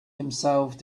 himself